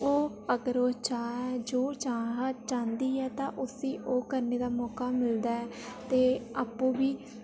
ओह् अगर ओह् चाह् जो चाह् ओह् चाहंदी ऐ तां उसी ओह् करने दा मौका मिलदा ऐ ते आपूं बी